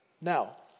Now